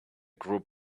group